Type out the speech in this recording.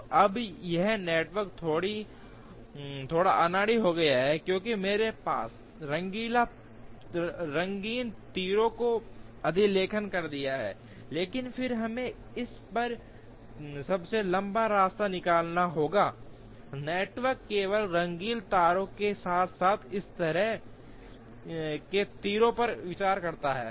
तो अब यह नेटवर्क थोड़ा अनाड़ी हो गया है क्योंकि मेरे पास है रंगीन तीरों को अधिलेखित कर दिया लेकिन फिर हमें इस पर सबसे लंबा रास्ता निकालना होगा नेटवर्क केवल रंगीन तीरों के साथ साथ इस तरह के तीरों पर विचार करता है